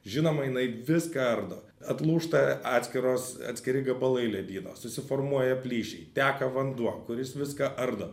žinoma jinai viską ardo atlūžta atskiros atskiri gabalai ledyno susiformuoja plyšiai teka vanduo kuris viską ardo